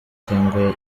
cyangwa